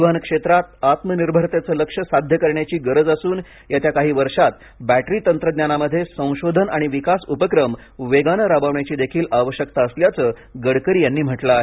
परिवहन क्षेत्रात आत्मनिर्भरतेचे लक्ष्य साध्य करण्याची गरज असून येत्या काही वर्षांत बॅटरी तंत्रज्ञानामध्ये संशोधन आणि विकास उपक्रम वेगाने राबवण्याची देखील आवश्यकता असल्याचं गडकरी यांनी म्हटलं आहे